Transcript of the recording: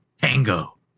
Tango